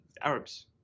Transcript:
arabs